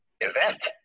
event